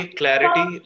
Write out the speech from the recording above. clarity